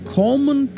common